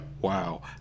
Wow